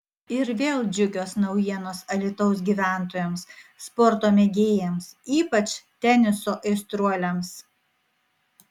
ir vėl džiugios naujienos alytaus gyventojams sporto mėgėjams ypač teniso aistruoliams